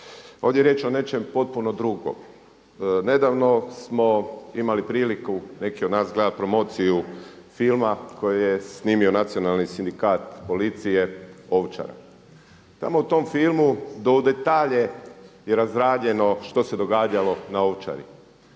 ovdje je riječ o nečem potpuno drugom. Nedavno smo imali priliku neki od nas gledati promociju filma koju je snimio nacionalni sindikat policije Ovčara. Tamo u tom filmu do u detalje je razrađeno što se događalo na Ovčari.